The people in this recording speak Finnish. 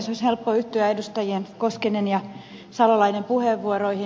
olisi helppo yhtyä edustajien koskinen ja salolainen puheenvuoroihin